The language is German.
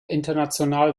international